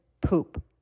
poop